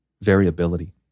variability